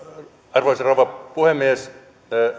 arvoisa rouva puhemies